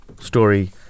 story